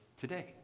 Today